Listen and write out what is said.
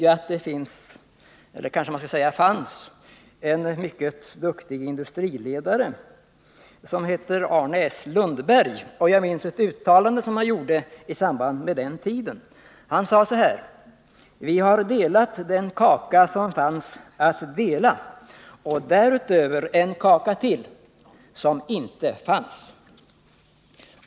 Jag har en minnesbild från den tiden, då den allmänt ansedde industriledaren Arne S. Lundberg gjorde följande uttalande: Vi har delat den kaka som fanns att dela och därutöver en kaka till — som inte fanns.